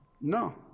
No